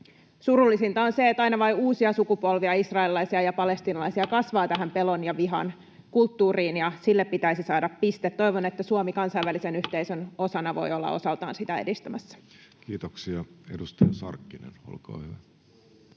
Surullisinta on se, että aina vain uusia sukupolvia israelilaisia ja palestiinalaisia kasvaa tähän pelon ja vihan kulttuuriin, ja sille pitäisi saada piste. Toivon, että Suomi kansainvälisen yhteisön osana voi olla osaltaan sitä edistämässä. Kiitoksia. — Edustaja Sarkkinen, olkaa hyvä.